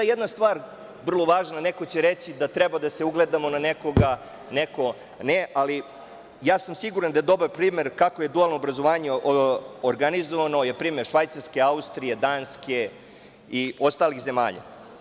Jedna stvar vrlo važna, neko će reći da treba da se ugledamo na nekoga, neko ne, ali ja sam siguran da je dobar primer kako je dualno obrazovanje organizovano, to je primer Švajcarske, Austrije, Danske i ostalih zemalja.